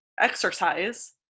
exercise